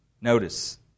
Notice